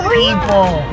people